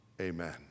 amen